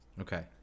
Okay